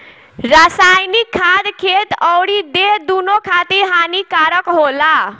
रासायनिक खाद खेत अउरी देह दूनो खातिर हानिकारक होला